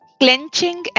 clenching